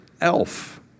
Elf